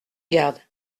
garde